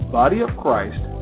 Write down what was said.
bodyofchrist